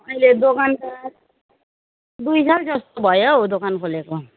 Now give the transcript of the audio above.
अहिले दोकान त दुई साल जस्तो भयो हौ दोकान खोलेको